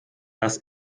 dass